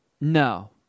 No